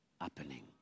happening